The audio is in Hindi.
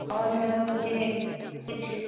और मैम मुझे कुछ